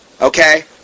Okay